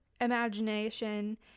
imagination